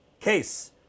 case